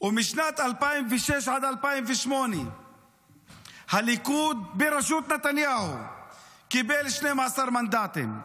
ומשנת 2006 עד 2008 הליכוד בראשות נתניהו קיבל 12 מנדטים,